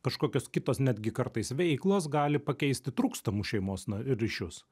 kažkokios kitos netgi kartais veiklos gali pakeisti trūkstamus šeimos na ryšius